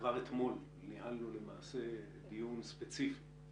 כבר אתמול ניהלנו למעשה דיון ספציפי